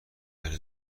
اهل